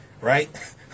right